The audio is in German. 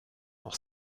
noch